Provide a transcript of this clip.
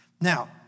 Now